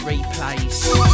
Replays